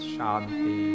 Shanti